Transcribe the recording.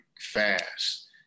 fast